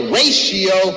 ratio